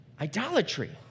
idolatry